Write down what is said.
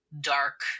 dark